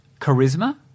charisma